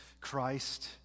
Christ